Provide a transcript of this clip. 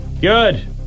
Good